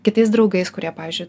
kitais draugais kurie pavyzdžiui